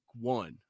one